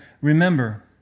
remember